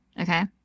Okay